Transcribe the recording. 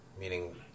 meaning